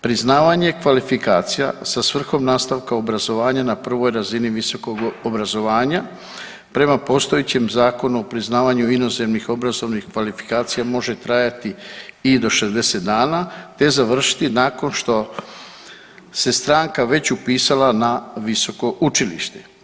Priznavanje kvalifikacija sa svrhom nastavka obrazovanja na prvoj razini visokog obrazovanja prema postojećem Zakonu o priznavanju inozemnih obrazovnih kvalifikacija može trajati i do 60 dana te završiti nakon što se stranka već upisala na visoko učilište.